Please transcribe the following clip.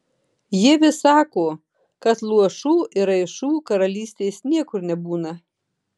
jie vis sako kad luošų ir raišų karalystės niekur nebūna